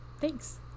thanks